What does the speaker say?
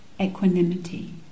equanimity